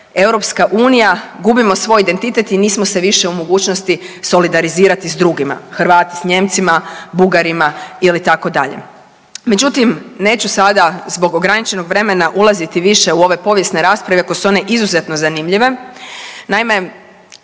kao što je EU, gubimo svoj identitet i nismo se više u mogućnosti solidarizirati s drugima, Hrvati s Nijemcima, Bugarima ili tako dalje. Međutim neću sada zbog ograničenog vremena ulaziti u ove povijesne rasprave iako su one izuzetno zanimljive. Naime,